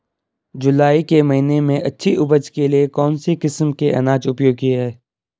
जुलाई के महीने में अच्छी उपज के लिए कौन सी किस्म के अनाज उपयोगी हैं?